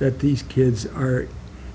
that these kids are